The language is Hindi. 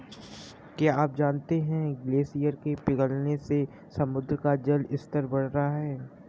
क्या आप जानते है ग्लेशियर के पिघलने से समुद्र का जल स्तर बढ़ रहा है?